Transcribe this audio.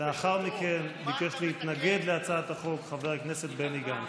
לאחר מכן ביקש להתנגד להצעת החוק חבר הכנסת בני גנץ.